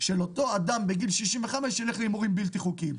של אותו אדם בגיל 65 ילך להימורים בלתי חוקיים.